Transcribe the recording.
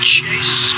Chase